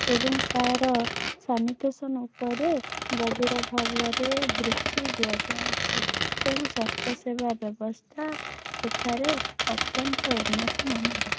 ଏବଂ ତା'ର ସାନିଟେସନ୍ ଉପରେ ଗଭୀର ଭାବରେ ଦୃଷ୍ଟି ଦିଆଯାଉଛି ତେଣୁ ସ୍ୱାସ୍ଥ୍ୟସେବା ବ୍ୟବସ୍ଥା ଏଠାରେ ଅତ୍ୟନ୍ତ ଉନ୍ନତମାନର